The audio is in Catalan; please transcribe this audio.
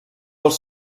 els